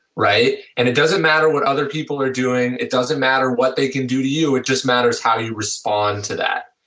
right and it doesn't matter what other people are doing, it doesn't matter what they can do to you, it just matters how you respond to that.